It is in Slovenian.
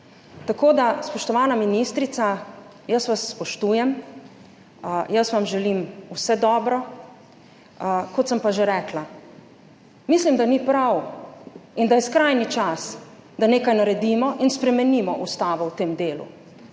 Tako da, spoštovana ministrica, jaz vas spoštujem, jaz vam želim vse dobro. Kot sem pa že rekla, mislim, da ni prav, in da je skrajni čas, da nekaj naredimo in spremenimo Ustavo v tem delu,